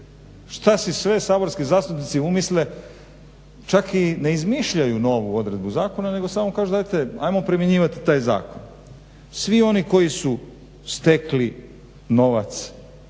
šta si sve saborski zastupnici umisle čak i ne izmišljaju novu odredbu zakona nego samo kažu dajte ajmo primjenjivati ovaj zakon. Svi oni koji su stekli novac